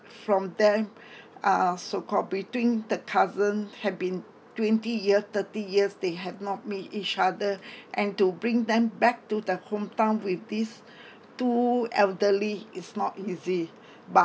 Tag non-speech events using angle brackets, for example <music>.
from them <breath> uh so-called between the cousin had been twenty year thirty years they had not meet each other and to bring them back to the home town with these two elderly is not easy but